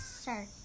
sir